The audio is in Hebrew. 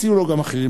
הציעו לו גם אחרים.